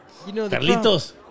Carlitos